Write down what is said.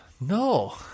no